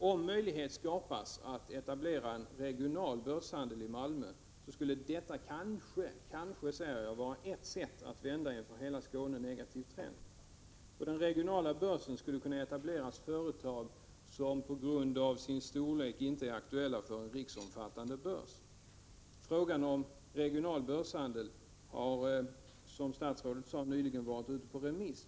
Om möjlighet skapas att etablera regional börshandel i Malmö skulle det kanske — jag säger kanske — vara ett sätt att vända en för hela Skåne negativ trend. På den regionala börsen skulle kunna etableras företag som på grund av sin storlek inte är aktuella för en riksomfattande börs. Frågan om regional börshandel har, som statsrådet sade, nyligen varit ute på remiss.